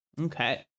okay